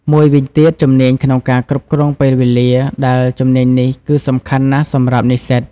មួយវិញទៀត ជំនាញក្នុងការគ្រប់គ្រងពេលវេលា ដែលជំនាញនេះគឺសំខាន់ណាស់សម្រាប់និស្សិត។